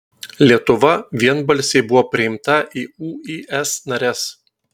lietuva vienbalsiai buvo priimta į uis nares